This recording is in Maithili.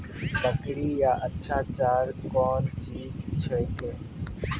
बकरी क्या अच्छा चार कौन चीज छै के?